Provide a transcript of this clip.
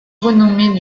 renommés